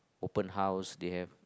open house they have